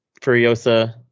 Furiosa